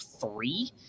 three